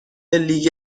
لیگ